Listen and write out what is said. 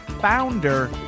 founder